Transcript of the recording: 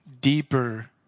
deeper